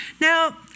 Now